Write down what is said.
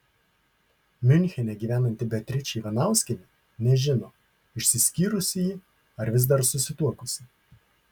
miunchene gyvenanti beatričė ivanauskienė nežino išsiskyrusi ji ar vis dar susituokusi